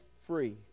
free